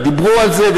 דיברו על זה,